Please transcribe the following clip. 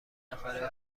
نفره